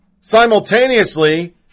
Simultaneously